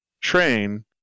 train